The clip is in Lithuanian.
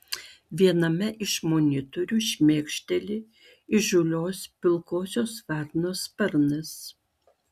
viename iš monitorių šmėkšteli įžūlios pilkosios varnos sparnas